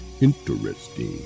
Interesting